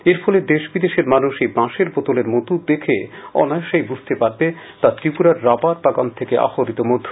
এর ফলে দেশ বিদেশের মানুষ এই বাঁশের বোতলের মধু দেখে অনায়াসেই বুঝতে পারবে তা ত্রিপুরার রাবার বাগান থেকে আহরিত মধু